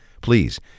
Please